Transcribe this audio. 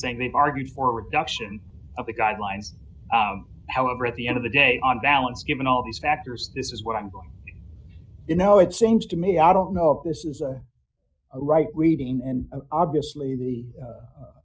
saying they argue for reduction of the guidelines however at the end of the day on balance given all these factors this is what i'm going you know it seems to me i don't know if this is a right reading and obviously the